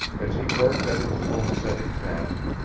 as he worked at his bonesetting task,